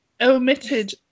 omitted